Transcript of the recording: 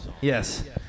Yes